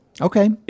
Okay